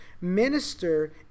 minister